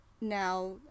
now